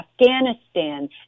Afghanistan